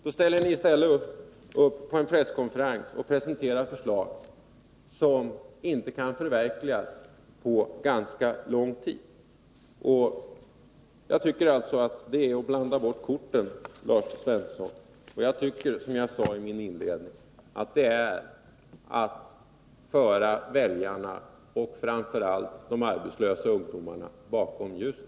I stället presenterade ni på en presskonferens förslag som inte kan förverkligas på ganska lång tid. Jag tycker att det är att blanda bort korten, Lars Svensson. Som jag sade i min inledning tycker jag att det är att föra väljarna och framför allt de arbetslösa ungdomarna bakom ljuset.